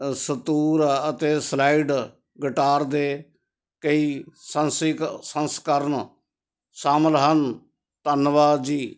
ਸੰਤੂਰ ਅਤੇ slide guitar ਦੇ ਕਈ ਸੰਸੀਕ ਸੰਸਕਰਨ ਸ਼ਾਮਿਲ ਹਨ ਧੰਨਵਾਦ ਜੀ